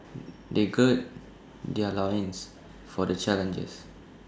they gird their loins for the challenges